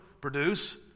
produce